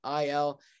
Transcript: IL